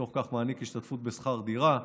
בתוך כך הוא מעניק השתתפות בשכר דירה,